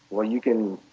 well you can